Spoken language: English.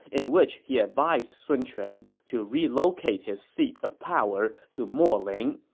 in which he advised sun quan to relocate his seat of power to moling,